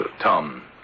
Tom